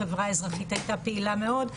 החברה האזרחית הייתה פעילה מאוד.